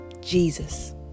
Jesus